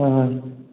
হয় হয়